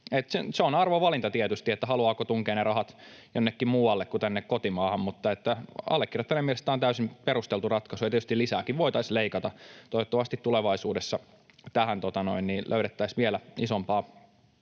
Se on arvovalinta tietysti, haluaako tunkea ne rahat jonnekin muualle kuin tänne kotimaahan, mutta allekirjoittaneen mielestä tämä on täysin perusteltu ratkaisu, ja tietysti lisääkin voitaisiin leikata. Toivottavasti tulevaisuudessa tähän löydettäisiin vielä isompaa